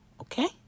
Okay